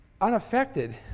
unaffected